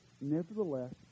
Nevertheless